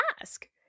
ask